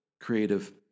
creative